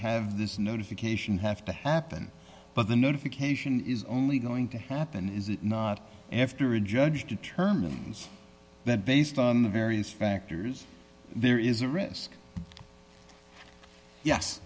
have this notification have to happen but the notification is only going to happen is it not after a judge determines that based on the various factors there is a risk yes